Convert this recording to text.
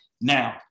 now